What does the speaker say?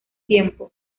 tiempo